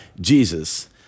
Jesus